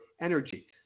energy